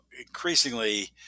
increasingly